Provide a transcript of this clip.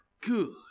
good